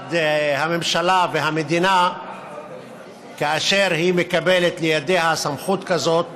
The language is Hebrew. מצד הממשלה והמדינה כאשר היא מקבלת לידיה סמכות כזאת